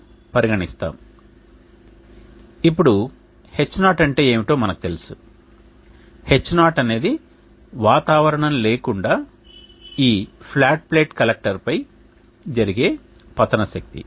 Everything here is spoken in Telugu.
ఏమిటో ఇప్పుడు H0 అంటే మనకు తెలుసు0 H0 అనేది వాతావరణం లేకుండా ఈ ఫ్లాట్ ప్లేట్ కలెక్టర్పై జరిగే పతన శక్తి